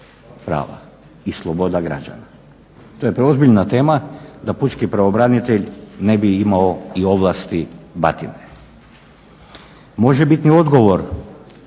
i sloboda građana. To je preozbiljna tema da pučki pravobranitelj ne bi imao i ovlasti batine. Možebitni odgovor